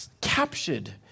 captured